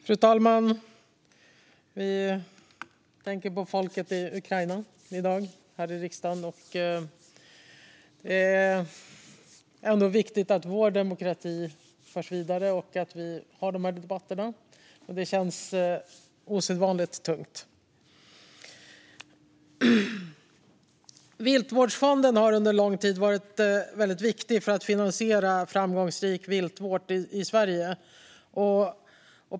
Fru talman! Här i riksdagen tänker vi på folket i Ukraina. Det är ändå viktigt att vår demokrati förs vidare och att vi har de här debatterna. Men det känns osedvanligt tungt. Viltvårdsfonden har under lång tid varit viktig för att finansiera framgångsrik viltvård i Sverige.